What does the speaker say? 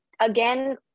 Again